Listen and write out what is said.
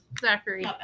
Zachary